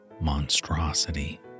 monstrosity